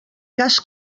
cas